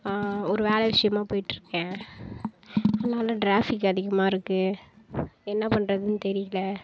ஒரு வேலை விஷயமா போயிட்டுருக்கேன் இங்கேலாம் டிராஃபிக் அதிகமாகருக்கு என்ன பண்றதுன்னு தெரியல